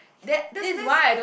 that this this